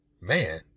man